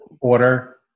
order